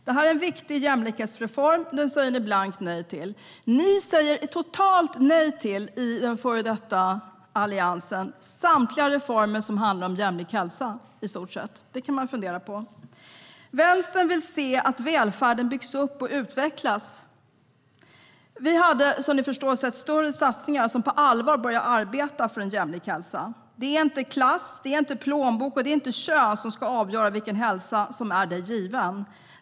Det här är en viktig jämlikhetsreform, men den säger ni blankt nej till. Ni i den före detta Alliansen säger totalt nej till i stort sett samtliga reformer som handlar om jämlik hälsa. Det kan man fundera på. Vänstern vill se att välfärden byggs upp och utvecklas. Vi hade som ni förstår helst sett större satsningar som på allvar börjar arbeta för en jämlik hälsa. Det är inte klass, plånbok eller kön som ska avgöra vilken hälsa som är dig given.